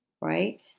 Right